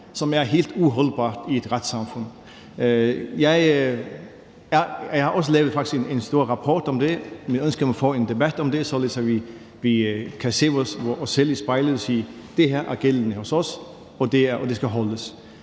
er helt uholdbart i et retssamfund. Jeg har faktisk også lavet en stor rapport om det med ønsket om at få en debat om det, således at vi kan se os selv i spejlet og sige: Det her er gældende hos os, og det skal overholdes.